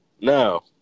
No